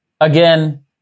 again